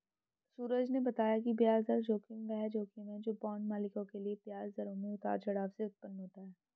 सूरज ने बताया कि ब्याज दर जोखिम वह जोखिम है जो बांड मालिकों के लिए ब्याज दरों में उतार चढ़ाव से उत्पन्न होता है